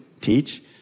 teach